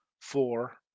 four